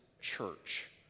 church